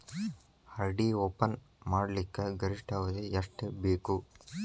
RD open ಮಾಡಲಿಕ್ಕ ಗರಿಷ್ಠ ಅವಧಿ ಎಷ್ಟ ಬೇಕು?